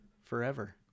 forever